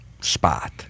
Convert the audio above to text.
spot